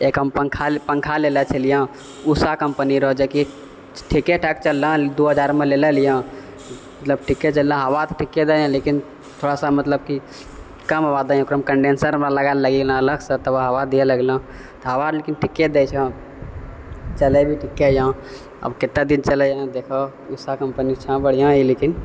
एक हम पङ्खा पङ्खा लेने छलियँ ऊषा कम्पनी रहँ जेकि ठीके ठाक चललँ दू हजारमे लेने रहियँ मतलब ठीके चलले हवा तऽ ठीके दैए लेकिन थोड़ासँ मतलब कि कम हवा दैए ओकरा कन्डेन्सरमे लगाइ लेलँ अलगसँ तब हवा दियै लगलँ तऽ हवा लेकिन ठीके दइ छँ चलै भी ठीके यँ आब कितना दिन चलैयँ देखौँ ऊषा कम्पनीके छैँ बढ़िआँ ई लेकिन